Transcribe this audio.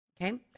Okay